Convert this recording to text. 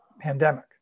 pandemic